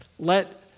Let